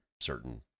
certain